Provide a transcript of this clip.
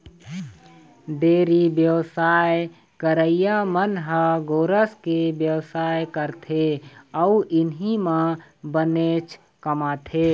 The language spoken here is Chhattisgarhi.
डेयरी बेवसाय करइया मन ह गोरस के बेवसाय करथे अउ इहीं म बनेच कमाथे